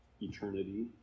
eternity